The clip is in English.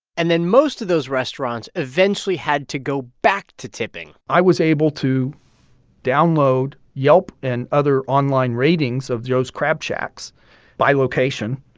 and then most of those restaurants eventually had to go back to tipping i was able to download yelp and other online ratings of joe's crab shacks by location.